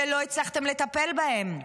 ולא הצלחתם לטפל בהם?